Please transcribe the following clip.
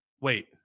Wait